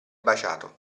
baciato